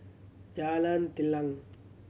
Jalan Telang